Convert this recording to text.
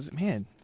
man